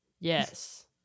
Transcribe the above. Yes